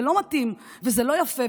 זה לא מתאים וזה לא יפה,